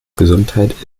gesundheit